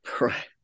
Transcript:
Right